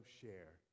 share